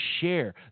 share